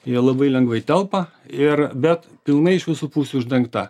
ji labai lengvai telpa ir bet pilnai iš visų pusių uždengta